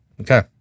Okay